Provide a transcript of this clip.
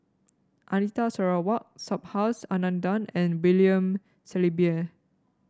Anita Sarawak Subhas Anandan and William Shellabear